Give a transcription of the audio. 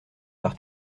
par